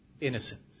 innocence